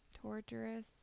Torturous